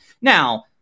Now